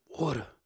water